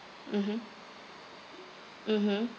mmhmm mmhmm